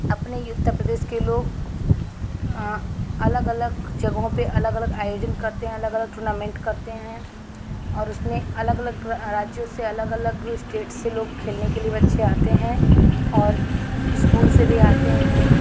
अपने ही उत्तर प्रदेश के लोग अलग अलग जगहों पर अलग अलग आयोजन करते हैं अलग अलग टूर्नामेंट करते हैं और उसमें अलग अलग राज्यों से अलग अलग स्टेट से लोग खेलने के लिए बच्चे आते हैं और इस्कूल से भी आते हैं